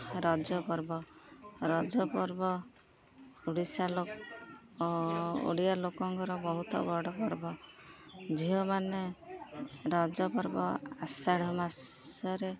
ରଜପର୍ବ ରଜପର୍ବ ଓଡ଼ିଶା ଲୋକ୍ ଓଡ଼ିଆ ଲୋକଙ୍କର ବହୁତ ବଡ଼ ପର୍ବ ଝିଅମାନେ ରଜପର୍ବ ଆଷାଢ଼ ମାସରେ